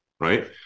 Right